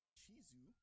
Chizu